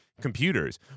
computers